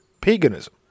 paganism